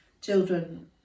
children